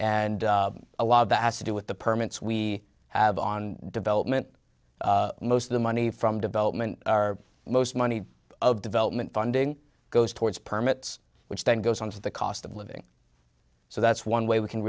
and a lot of that has to do with the permits we have on development most of the money from development our most money of development funding goes towards permits which then goes on to the cost of living so that's one way we can